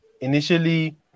initially